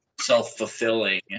self-fulfilling